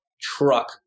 truck